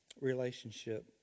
relationship